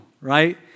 right